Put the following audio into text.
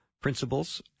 principles